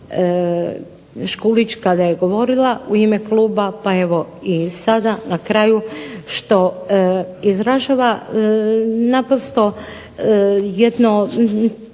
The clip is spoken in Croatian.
Škulić kada je govorila u ime kluba pa evo i sada na kraju, što izražava naprosto jedan